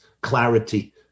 clarity